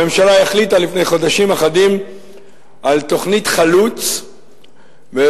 הממשלה החליטה לפני חודשים אחדים על תוכנית חלוץ והקצאת